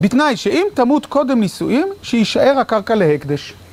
בתנאי שאם תמות קודם נישואים, שישאר הקרקע להקדש.